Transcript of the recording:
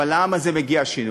אבל לעם הזה מגיע שינוי.